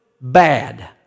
bad